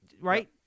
right